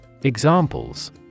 Examples